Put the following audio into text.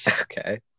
Okay